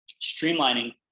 streamlining